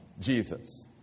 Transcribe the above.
Jesus